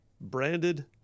branded